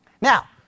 Now